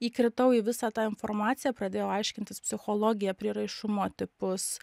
įkritau į visą tą informaciją pradėjau aiškintis psichologiją prieraišumo tipus